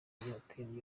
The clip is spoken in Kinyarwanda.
hoteli